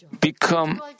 become